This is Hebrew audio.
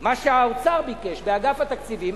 מה שהאוצר ביקש, באגף התקציבים.